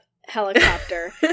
helicopter